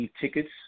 tickets